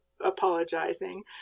apologizing